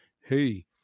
hey